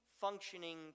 functioning